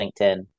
LinkedIn